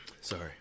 Sorry